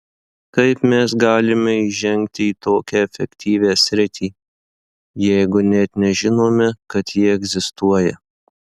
kaip mes galime įžengti į tokią efektyvią sritį jeigu net nežinome kad ji egzistuoja